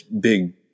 big